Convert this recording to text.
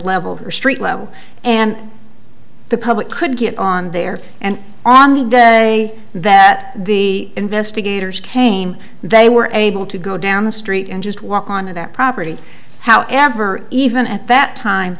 level street level and the public could get on there and on the day that the investigators came they were able to go down the street and just walk on to that property however even at that time